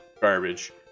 garbage